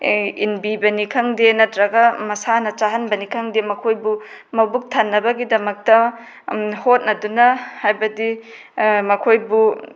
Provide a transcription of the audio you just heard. ꯏꯟꯕꯤꯕꯅꯤ ꯈꯪꯗꯦ ꯅꯠꯇ꯭ꯔꯒ ꯃꯁꯥꯅ ꯆꯥꯍꯟꯕꯅꯤ ꯈꯪꯗꯦ ꯃꯈꯣꯏꯕꯨ ꯃꯕꯨꯛ ꯊꯟꯅꯕꯒꯤꯗꯛꯃꯛꯇ ꯍꯣꯠꯅꯗꯨꯅ ꯍꯥꯏꯕꯗꯤ ꯃꯈꯣꯏꯕꯨ